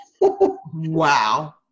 Wow